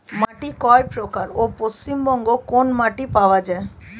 মাটি কয় প্রকার ও পশ্চিমবঙ্গ কোন মাটি পাওয়া য়ায়?